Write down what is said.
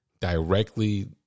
directly